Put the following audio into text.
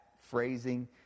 Phrasing